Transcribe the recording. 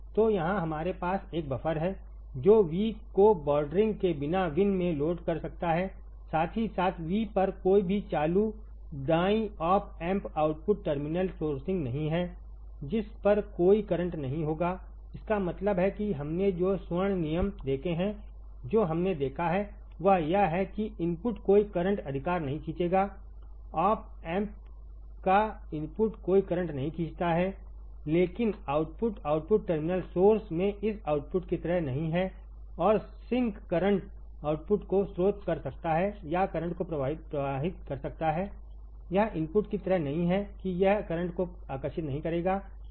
तो यहाँ हमारे पास एक बफर है जो V को बॉर्डरिंग के बिना Vin में लोड कर सकता है साथ ही साथ V पर कोई भी चालू दाईं op amp output terminal sourcing नहीं है जिस पर कोई करंट नहीं होगा इसका मतलब है कि हमने जो स्वर्ण नियम देखे हैं जो हमने देखा है वह यह है कि इनपुट कोई करंट अधिकार नहीं खींचेगा ऑप एम्प का इनपुट कोई करंट नहीं खींचता है लेकिन आउटपुट आउटपुट टर्मिनल सोर्स में इस आउटपुट की तरह नहीं है और सिंक करंट आउटपुट को स्रोत कर सकता है या करंट को प्रवाहित कर सकता है यह इनपुट की तरह नहीं है कि यह करंट को आकर्षित नहीं करेगा ठीक है